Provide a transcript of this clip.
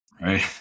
right